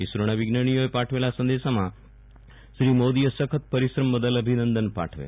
ઈસરોના વિજ્ઞાનીઓએ પાઠવેલા સંદેશામાં શ્રી મોદીએ સખ્ત પરિશ્રમ બદલ અભિનંદન પાઠવ્યા